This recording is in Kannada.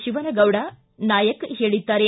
ಶಿವನಗೌಡ ನಾಯಕ ಹೇಳಿದ್ದಾರೆ